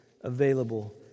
available